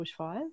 bushfires